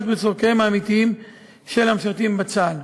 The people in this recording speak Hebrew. וצורכיהם האמיתיים של המשרתים בצה"ל.